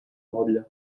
motlle